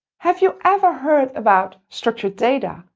have you ever heard about structured data,